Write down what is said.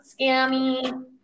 scammy